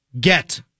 get